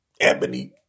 Ebony